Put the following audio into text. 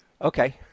Okay